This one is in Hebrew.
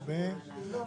כשייקבע.